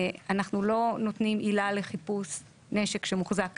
אנחנו לא נותנים עילה לחיפוש נשק שמוחזק כדין.